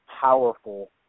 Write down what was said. powerful